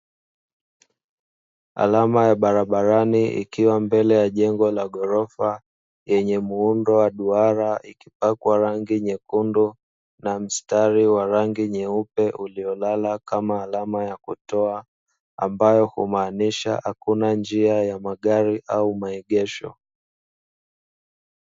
Alama ya barabarani ikiwa mbele ya jengo la ghorofa yenye muundo wa duara ikipakwa rangi nyekundu na mstari wa rangi nyeupe uliolala kama alama ya kutoa ambayo humaanisha hakuna njia ya magari au maegesho.